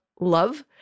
love